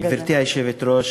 גברתי היושבת-ראש,